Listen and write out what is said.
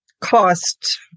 cost